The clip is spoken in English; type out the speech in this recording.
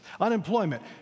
Unemployment